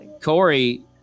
Corey